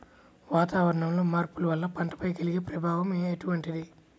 వాతావరణంలో మార్పుల వల్ల పంటలపై కలిగే ప్రభావం ఎటువంటిది?